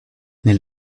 nel